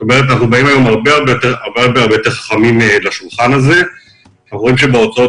אנחנו באים היום לשולחן הזה הרבה יותר חכמים.